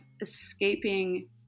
escaping